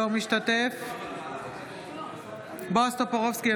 אינו משתתף בהצבעה בועז טופורובסקי,